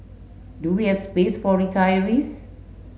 do we have space for retirees